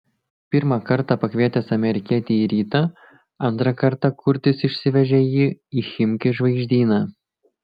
pirmą kartą pakvietęs amerikietį į rytą antrą kartą kurtis išsivežė jį į chimki žvaigždyną